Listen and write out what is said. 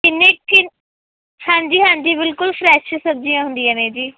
ਕਿੰਨੀ ਕਿੰਨੀ ਹਾਂਜੀ ਹਾਂਜੀ ਬਿਲਕੁਲ ਫਰੈਸ਼ ਸਬਜ਼ੀਆਂ ਹੁੰਦੀਆਂ ਨੇ ਜੀ